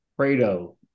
fredo